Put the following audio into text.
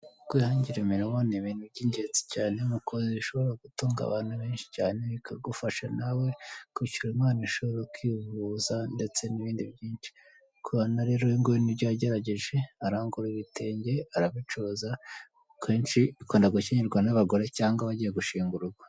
Kwihangira imirimo ni ibintu by'ingenzi cyane nk'uko bishobora gutunga abantu benshi cyane bikagufasha nawe kwishyurira umwana ishuri, ukivuza ndetse n'ibindi byinshi .Uri kubona rero uyu nguyu n'ibyo yagerageje arangurura ibitenge arabicuruza kenshi bikunda gushyingirwa n'abagore cyangwa abagiye gushinga urugo.